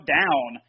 down